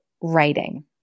writing